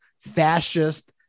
fascist